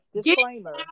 Disclaimer